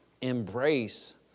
embrace